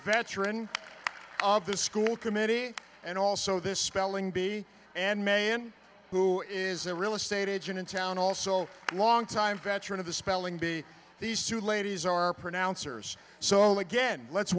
veteran of the school committee and also this spelling bee and men who is a real estate agent in town also a longtime veteran of the spelling bee these two ladies are pronouncers so again let's